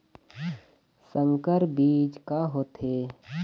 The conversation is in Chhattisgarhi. संकर बीज का होथे?